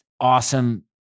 awesome